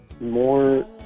more